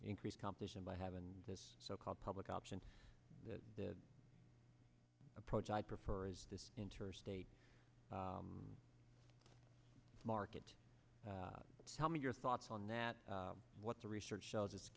increase competition by have and this so called public option the approach i prefer is this interstate market tell me your thoughts on that what the research i'll just